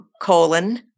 colon